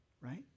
right